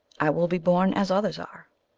i will be born as others are.